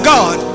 God